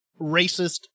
racist